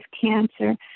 cancer